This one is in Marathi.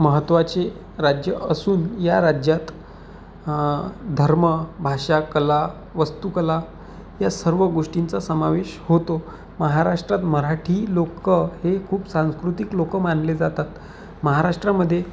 महत्वाचे राज्य असून या राज्यात धर्म भाषा कला वस्तूकला या सर्व गोष्टींचा समावेश होतो महाराष्ट्रात मराठी लोक हे खूप सांस्कृतिक लोक मानले जातात महाराष्ट्रामध्ये